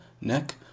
neck